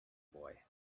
boy